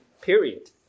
period